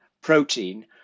protein